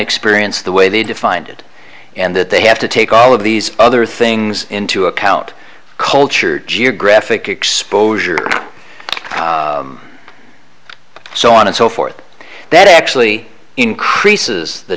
experience the way they defined it and that they have to take all of these other things into account culture geographic exposure so on and so forth that actually increases the